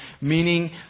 meaning